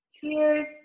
Cheers